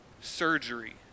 surgery